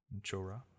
Chora